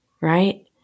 Right